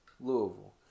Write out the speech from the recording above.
Louisville